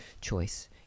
choice